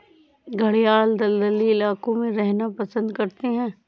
घड़ियाल दलदली इलाकों में रहना पसंद करते हैं